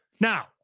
Now